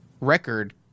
record